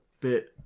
bit